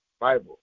Bible